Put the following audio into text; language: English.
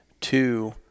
Two